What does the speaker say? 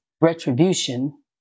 retribution